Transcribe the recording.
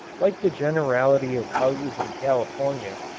like the generality of houses in california,